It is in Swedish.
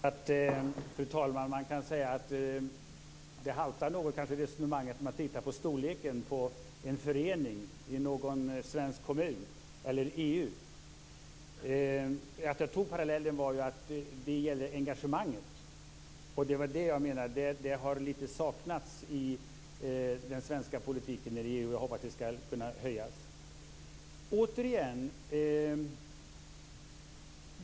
Fru talman! Man kan naturligtvis säga att resonemanget haltar något om man jämför storleken på en förening i en svensk kommun med EU. Men parallellen gällde engagemanget. Det menade jag har saknats i den svenska politiken när det gäller EU. Jag hoppas att det skall kunna förbättras.